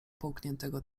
połkniętego